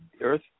Earth